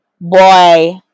boy